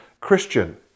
Christian